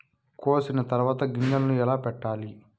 కోసిన తర్వాత గింజలను ఎలా పెట్టాలి